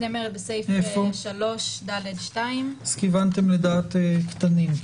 נאמרת בסעיף 3 ד' 2. אז כיוונתם לדעת קטנים,